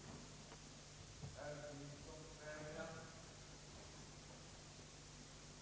passas till vegetationsperioden så att undervisningen på bästa sätt tillgodosåges.